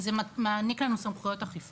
זה מעניק לנו סמכויות אכיפה.